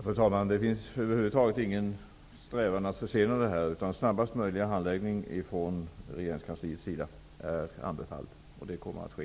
Fru talman! Det finns över huvud taget ingen strävan att försena det här. Snabbast möjliga handläggning från regeringskansliets sida är anbefalld, och det kommer att ske.